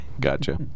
Gotcha